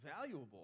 valuable